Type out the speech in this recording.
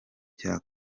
cya